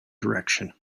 direction